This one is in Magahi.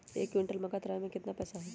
एक क्विंटल मक्का तुरावे के केतना पैसा होई?